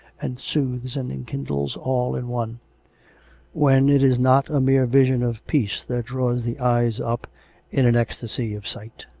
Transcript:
and soothes and enkindles, all in one when it is not a mere vision of peace that draws the eyes up in an ecstasy of sight,